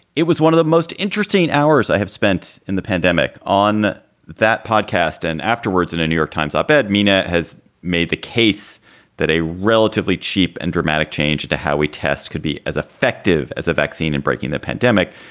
it was one of the most interesting hours i have spent in the pandemic on that podcast. and afterwards, in a new york times op ed, mina has made the case that a relatively cheap and dramatic change to how we test could be as effective as a vaccine and breaking the pandemic.